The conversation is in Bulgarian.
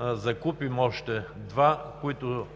закупим още два, които